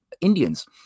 Indians